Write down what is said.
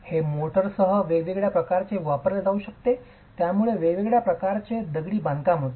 हे मोर्टारसह वेगवेगळ्या प्रकारचे वापरले जाऊ शकते ज्यामुळे वेगवेगळ्या प्रकारचे दगडी बांधकाम होते